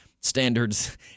standards